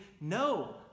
no